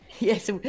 Yes